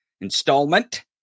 installment